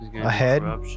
ahead